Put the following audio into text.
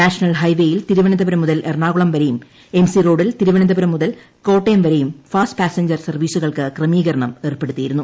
national ഹൈവേയിൽ തിരുവനന്തപുരം മുതൽ എറണാകുളം വരെയും എംസി റോഡിൽ തിരുവനന്തപുരം മുതൽ കോട്ടയം വരെയും ഫാസ്റ്റ് പാസഞ്ചർ സർവീസുകൾക്ക് ക്രമീകരണം ഏർപ്പെടുത്തിയിരുന്നു